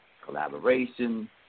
collaboration